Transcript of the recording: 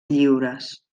lliures